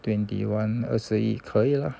twenty one 二十一可以了